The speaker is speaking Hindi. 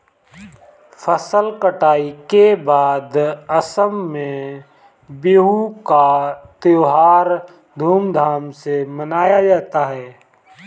फसल कटाई के बाद असम में बिहू का त्योहार धूमधाम से मनाया जाता है